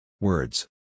Words